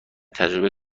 تجربه